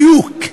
בדיוק,